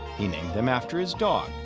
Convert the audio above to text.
he named them after his dog,